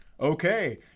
okay